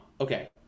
Okay